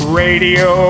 radio